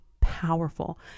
powerful